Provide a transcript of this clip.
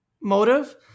motive